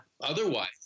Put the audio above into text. Otherwise